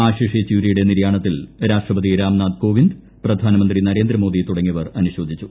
ആശിഷ് യെച്ചൂരിയുടെ നിര്യാണത്തിൽ അരാഷ്ട്രപതി രാംനാഥ് കോവിന്ദ് പ്രധാനമന്ത്രി നരേന്ദ്രമോദി തുട്ടങ്ങീയവർ അനുശോചിച്ചു